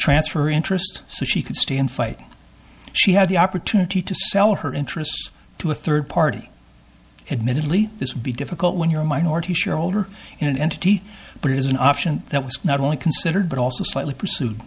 transfer interest so she could stay and fight she had the opportunity to sell her interest to a third party admittedly this would be difficult when you're a minority shareholder in an entity but it is an option that was not only considered but also slightly pursued